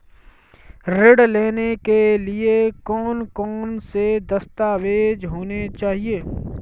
ऋण लेने के लिए कौन कौन से दस्तावेज होने चाहिए?